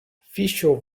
fiŝo